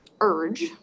urge